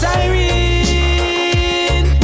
Siren